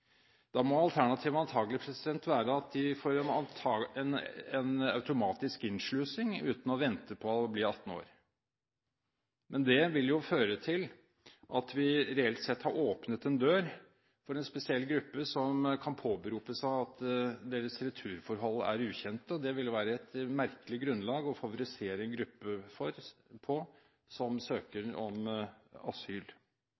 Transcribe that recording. Da må alternativet antakelig være at de får en automatisk innslusing, uten å vente til de blir 18 år. Men det ville jo føre til at vi reelt sett hadde åpnet en dør for en spesiell gruppe som da kunne påberopt seg at deres returforhold var ukjente. Det ville jo være et merkelig grunnlag for å favorisere en gruppe som